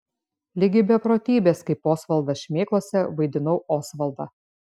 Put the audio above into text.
ligi beprotybės kaip osvaldas šmėklose vaidinau osvaldą